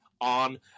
on